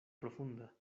profunda